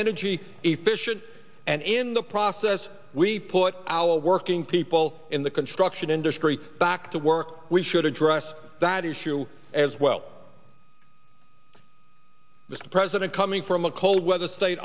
energy efficient and in the process we put our working people in the construction industry back to work we should address that issue as well with the president coming from a cold weather state